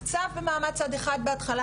אז צו במעמד צד אחד בהתחלה,